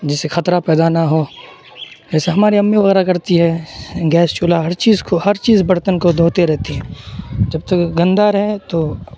جس سے خطرہ پیدا نا ہو جیسے ہماری امی وغیرہ کرتی ہے گیس چولہا ہر چیز کو ہر چیز برتن کو دھوتے رہتی ہے جب تک گندہ رہے تو